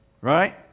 Right